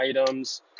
items